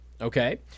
okay